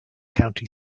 county